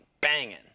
banging